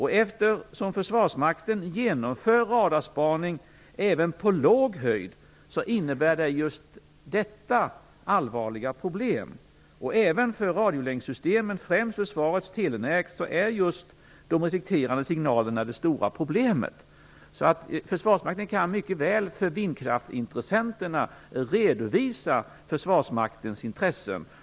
Eftersom Försvarsmakten genomför radarspaning även på låg höjd innebär detta allvarliga problem. Även för radiolänkssystemet - främst försvarets telenät - är just de reflekterande signalerna det stora problemet. Försvarsmakten kan mycket väl för vindkraftsintressenterna redovisa Försvarsmaktens intressen.